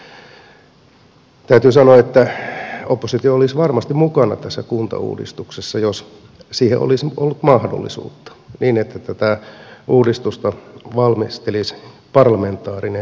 täytyy sanoa että oppositio olisi varmasti mukana tässä kuntauudistuksessa jos siihen olisi ollut mahdollisuutta niin että tätä uudistusta valmistelisi parlamentaarinen työryhmä